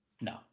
No